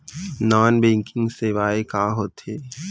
non banking सेवाएं का होथे